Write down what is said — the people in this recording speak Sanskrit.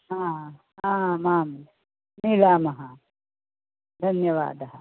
हा आमां मिलामः धन्यवादः